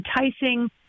enticing